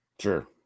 Sure